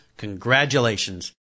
Congratulations